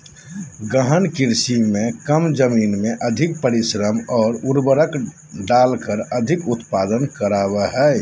गहन कृषि में कम जमीन में अधिक परिश्रम और उर्वरक डालकर अधिक उत्पादन करा हइ